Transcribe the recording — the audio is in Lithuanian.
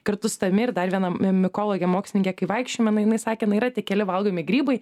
kartu su tavimi ir dar viena mikologe mokslininke kai vaikščiojome jinai sakė na yra tie keli valgomi grybai